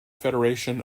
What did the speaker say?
federation